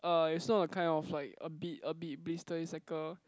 uh is not the kind of like a bit a bit blister is like a